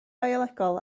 biolegol